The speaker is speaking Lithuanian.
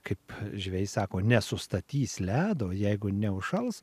kaip žvejai sako nesustatys ledo jeigu neužšals